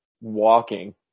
walking